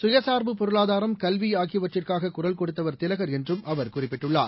சுயசார்பு பொருளாதாரம் கல்விஆகியவற்றுக்காககுரல் கொடுத்தவர் திலகர் என்றும் அவர் குறிப்பிட்டுள்ளார்